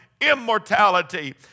immortality